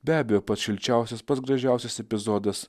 be abejo pats šilčiausias pats gražiausias epizodas